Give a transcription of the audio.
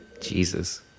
Jesus